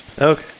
Okay